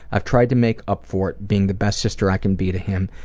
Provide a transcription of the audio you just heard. i've tried to make up for it being the best sister i can be to him,